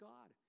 God